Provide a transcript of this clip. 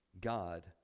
God